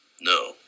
No